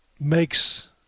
makes